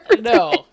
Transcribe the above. No